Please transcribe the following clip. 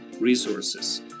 resources